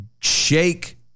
shake